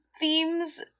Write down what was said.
themes